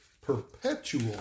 perpetual